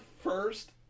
first